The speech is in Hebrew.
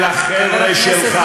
ולחבר'ה שלך,